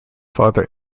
farther